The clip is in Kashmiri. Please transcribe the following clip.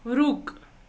رُک